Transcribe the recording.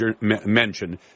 mentioned